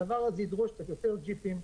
הדבר הזה ידרוש קצת יותר ג'יפים,